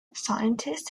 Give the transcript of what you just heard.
scientists